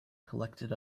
collected